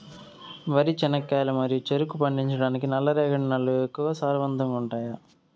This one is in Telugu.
వరి, చెనక్కాయలు మరియు చెరుకు పండించటానికి నల్లరేగడి నేలలు ఎక్కువగా సారవంతంగా ఉంటాయా?